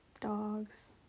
dogs